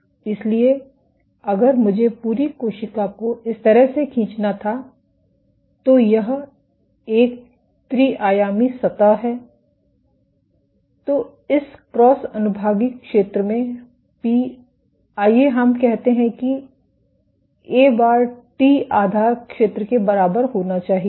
इसलिए अगर मुझे पूरी कोशिका को इस तरह से खींचना था तो यह एक त्रि आयामी सतह है तो इस क्रॉस अनुभागीय क्षेत्र में पी आइए हम कहते हैं कि ए बार टी आधार क्षेत्र के बराबर होना चाहिए